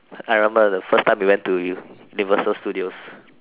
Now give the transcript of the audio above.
I remember the first time we went to universal studios